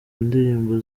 ndirimbo